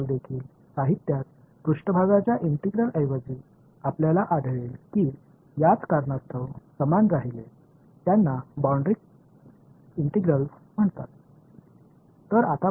எனவே எல்லை ஒருங்கிணைப்பு உண்மையில் மேற்பரப்பு ஒருங்கிணைப்பிற்கு பதிலாக பாடங்களிலும் காணப்படுகிறது இவை ஒரே காரணத்திற்காக பௌண்டரி இன்டெக்ரல் என்று அழைக்கப்படுகின்றன